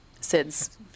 Sid's